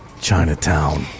Chinatown